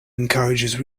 encourages